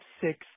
six